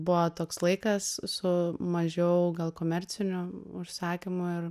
buvo toks laikas su mažiau gal komercinių užsakymų ir